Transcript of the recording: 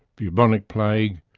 bubonic plague,